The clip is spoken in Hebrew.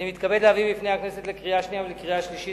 אני מתכבד להביא בפני הכנסת לקריאה שנייה ולקריאה שלישית